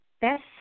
best